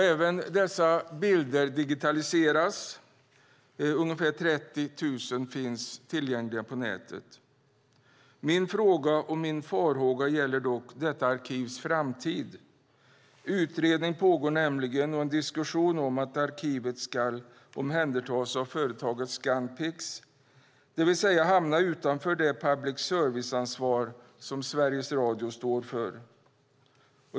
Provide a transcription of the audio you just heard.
Även dessa bilder digitaliseras. Ungefär 30 000 finns tillgängliga på nätet. Min fråga och min farhåga gäller dock detta arkivs framtid. Utredning pågår nämligen och en diskussion om att arkivet ska omhändertas av företaget Scanpix, det vill säga hamna utanför det public service-ansvar som Sveriges Radio står för.